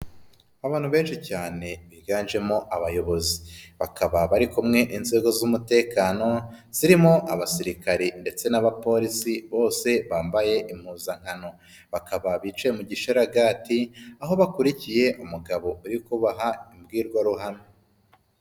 Abantu benshi cyane biganjemo abayobozi, bakaba bari kumwe inzego z'umutekano, zirimo abasirikare ndetse n'abapolisi bose bambaye impuzankano, bakaba bici mu gishararaga, aho bakurikiye umugabo uri kubaha imbwirwaruhame.